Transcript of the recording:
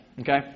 okay